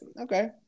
okay